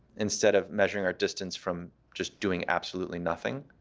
instead of measuring our distance from just doing absolutely nothing.